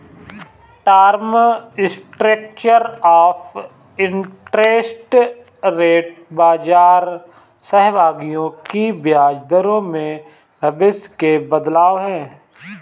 term structure of interest rate बाजार सहभागियों की ब्याज दरों में भविष्य के बदलाव है